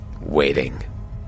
waiting